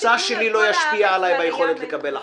המוצא שלי לא ישפיע עליי ביכולת לקבל החלטה.